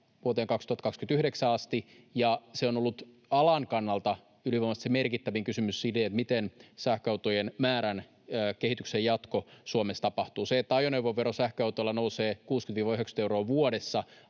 vuoteen 2029 asti. Alan kannalta on ollut ylivoimaisesti merkittävin kysymys, miten sähköautojen määrän kehityksen jatko Suomessa tapahtuu. Sillä, että sähköauton ajoneuvovero nousee 60—90 euroa vuodessa